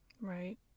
Right